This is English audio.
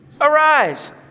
Arise